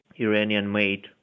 Iranian-made